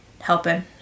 helping